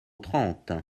trente